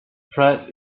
pratt